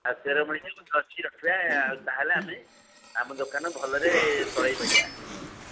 ଆଉ ମାଳି ଅଛି ଆଉ ରଖିବା ତାହେଲେ ଆମେ ଆମ ଦୋକାନ ଭଲରେ ଚଲେଇପାରିବା